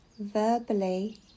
verbally